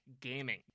gaming